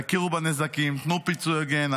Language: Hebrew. תכירו בנזקים ותנו פיצוי הוגן,